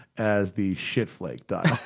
as the shitflake dial.